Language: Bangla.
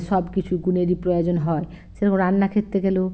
সব কিছু গুণেরই প্রয়োজন হয় সেরকম রান্নার ক্ষেত্র গেলেও